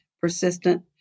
persistent